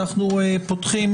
אנחנו פותחים